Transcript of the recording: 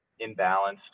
imbalanced